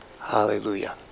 Hallelujah